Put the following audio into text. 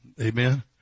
Amen